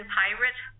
pirate